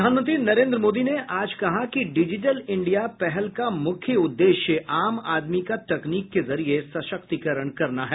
प्रधानमंत्री नरेन्द्र मोदी ने आज कहा कि डिजिटल इंडिया पहल का मुख्य उद्देश्य आम आदमी का तकनीक के जरिये सशक्तीकरण करना है